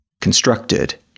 constructed